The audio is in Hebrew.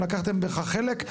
ולקחתם בכך חלק.